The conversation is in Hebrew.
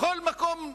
בכל מקום,